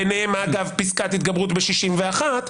ביניהם אגב פסקת התגברות ב-61.